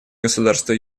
государства